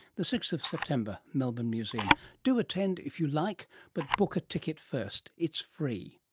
the sixth september, melbourne museum. do attend if you like but book a ticket first, it's free.